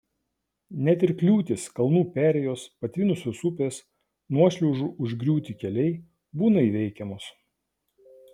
net ir kliūtys kalnų perėjos patvinusios upės nuošliaužų užgriūti keliai būna įveikiamos